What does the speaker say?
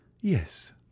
Yes